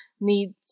need